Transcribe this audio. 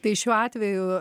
tai šiuo atveju